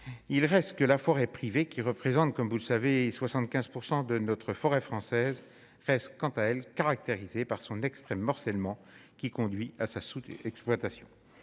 il reste que la forêt privée qui représente, comme vous le savez, 75 % de notre forêt française reste quant à elle, caractérisée par son extrême morcellement qui conduit à sa exploitation